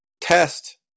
test